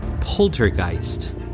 poltergeist